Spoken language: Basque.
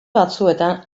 batzuetan